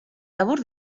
labur